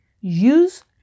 use